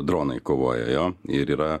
dronai kovoja jo ir yra